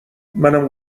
منم